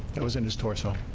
it was in his torso